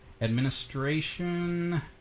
administration